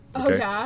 Okay